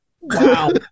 Wow